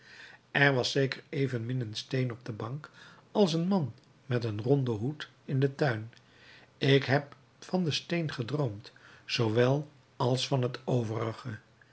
er was zeker evenmin een steen op de bank als een man met een ronden hoed in den tuin ik heb van den steen gedroomd zoowel als van het overige